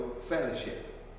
fellowship